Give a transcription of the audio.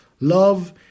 Love